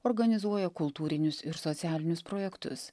organizuoja kultūrinius ir socialinius projektus